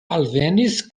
alvenis